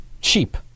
cheap